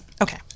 Okay